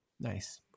nice